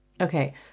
Okay